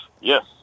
yes